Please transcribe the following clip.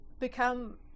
become